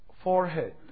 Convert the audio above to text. forehead